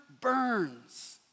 burns